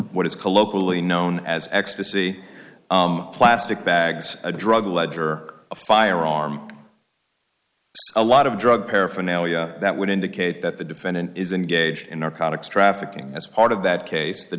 what is colloquially known as ecstasy plastic bags a drug ledger a firearm a lot of drug paraphernalia that would indicate that the defendant is engaged in our contacts trafficking as part of that case the